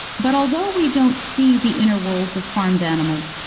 but although we don't see the inner worlds of farmed animals,